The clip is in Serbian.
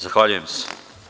Zahvaljujem se.